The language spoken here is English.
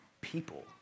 people